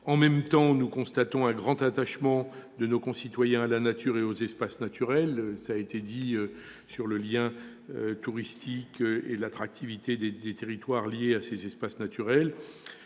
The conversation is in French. En même temps, nous constatons un grand attachement de nos concitoyens à la nature et aux espaces naturels. On a déjà aussi évoqué l'intérêt touristique pour l'attractivité des territoires de ces espaces naturels.